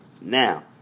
Now